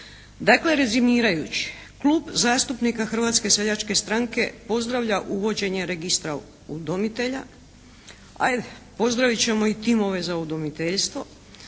Dakle, rezimirajući Klub zastupnika Hrvatske seljačke stranke pozdravlja uvođenje registra udomitelja. Ajde, pozdravit ćemo i timove za udomiteljstvo.